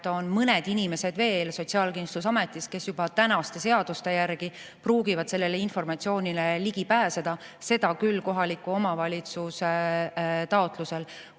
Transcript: et on veel mõned inimesed Sotsiaalkindlustusametis, kes juba praeguste seaduste järgi pruugivad sellele informatsioonile ligi pääseda, seda küll kohaliku omavalitsuse taotlusel.